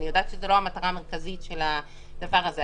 אני יודעת שזאת לא המטרה המרכזית של הדבר הזה.